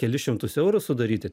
kelis šimtus eurų sudaryti